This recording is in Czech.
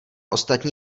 ostatní